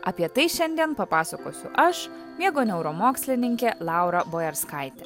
apie tai šiandien papasakosiu aš mėgo neuromokslininkė laura bojarskaitė